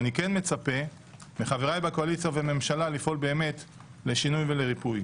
אני כן מצפה מחבריי בקואליציה ובממשלה לפעול באמת לשינוי ולריפוי.